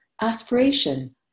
aspiration